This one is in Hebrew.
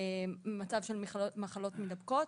מצב של מחלות מידבקות.